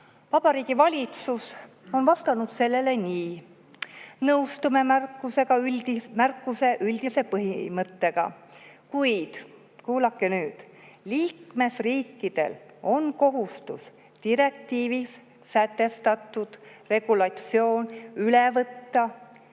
Vabariigi Valitsus on vastanud sellele nii, et nõustume märkuse üldise põhimõttega, kuid – kuulake nüüd! – liikmesriikidel on kohustus direktiivis sätestatud regulatsioon üle võtta